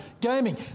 gaming